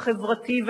חברת הכנסת עינת